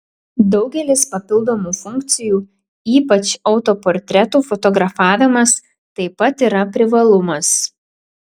daugelis papildomų funkcijų ypač autoportretų fotografavimas taip pat yra privalumas